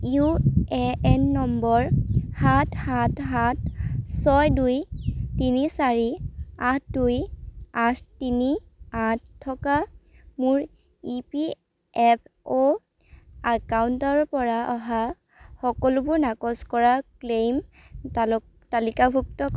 U A N number সাত সাত সাত ছয় দুই তিনি চাৰি আঠ দুই আঠ তিনি আঠ থকা মোৰ ই পি এফ অ' একাউণ্টৰ পৰা অহা সকলোবোৰ নাকচ কৰা ক্লেইম তালু তালিকাভুক্ত